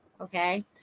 Okay